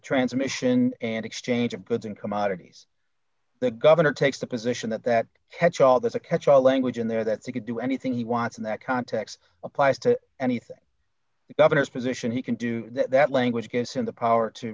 transmission and exchange of goods and commodities the governor takes the position that that there's a catchall language in there that say could do anything he wants in that context applies to anything the governor's position he can do that language against him the power to